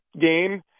game